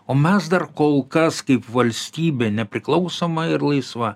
o mes dar kol kas kaip valstybė nepriklausoma ir laisva